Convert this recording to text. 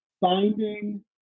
finding